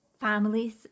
families